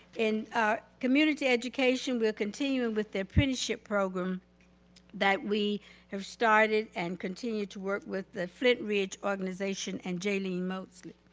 in community education, we'll continue on and with the apprenticeship program that we have started and continue to work with the flintridge organization and jaylene moseley.